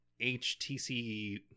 HTC